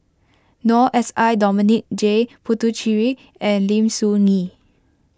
Noor S I Dominic J Puthucheary and Lim Soo Ngee